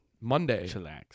Monday